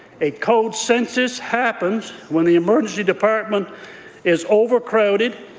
a code census happens when the emergency department is overcrowded,